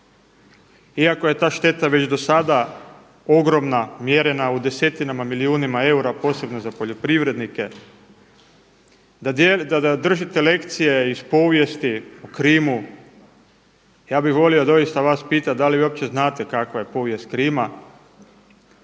iako je ta šteta već dosada ogromna mjerena u desetinama milijuna eura posebno za poljoprivrednike, da držite lekcije iz povijesti o Krimu. Ja bi volio doista vas pitati da li vi uopće znate kakva je povijest Krima?